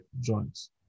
joints